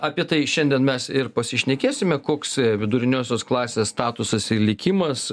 apie tai šiandien mes ir pasišnekėsime koks viduriniosios klasės statusas ir likimas